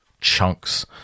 chunks